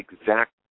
exact